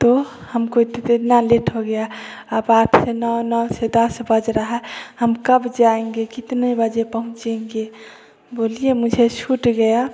तो हमको इतनी देर न लेट हो गया अब आठ से नौ नौ से दस बज रहा हम कब जायेंगे कितने बजे जायेंगे बोलिए मुझे छूट गया